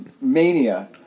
mania